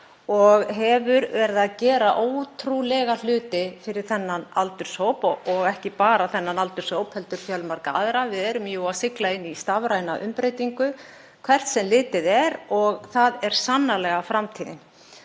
og hefur verið að gera ótrúlega hluti fyrir þennan aldurshóp og ekki bara þennan aldurshóp heldur fjölmarga aðra. Við erum jú að sigla inn í stafræna umbreytingu hvert sem litið er og það er sannarlega framtíðin.